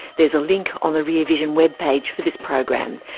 there's a link on the rear vision web page for this program.